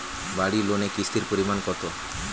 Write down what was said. বাড়ি লোনে কিস্তির পরিমাণ কত?